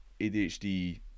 ADHD